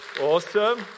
Awesome